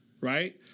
Right